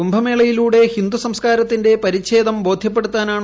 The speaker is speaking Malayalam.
കുംഭമേളയിലൂടെ ഹിന്ദു സംസ്കാരത്തിന്റെ പരിഛേദം ബോധ്യപ്പെടുത്തണം